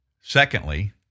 secondly